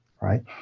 right